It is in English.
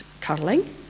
curling